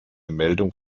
meldung